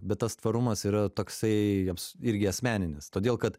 bet tas tvarumas yra toksai jiems irgi asmeninis todėl kad